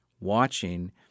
watching